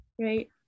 right